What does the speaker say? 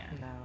No